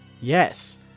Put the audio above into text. Yes